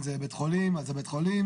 אם זה בית החולים אז זה בית החולים,